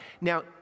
Now